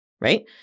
right